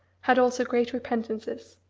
had also great repentances.